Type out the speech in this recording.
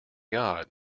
god